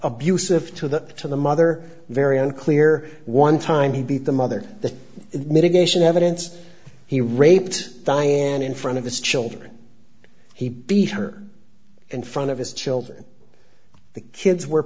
abusive to that to the mother very unclear one time he beat the mother the mitigation evidence he raped and in front of this children he beat her in front of his children the kids were